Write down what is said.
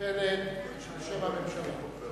פלד בשם הממשלה.